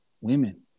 Women